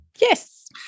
Yes